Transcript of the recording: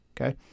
Okay